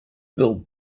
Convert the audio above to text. build